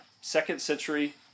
second-century